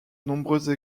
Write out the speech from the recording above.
nombreuses